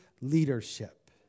leadership